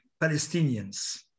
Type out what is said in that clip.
Palestinians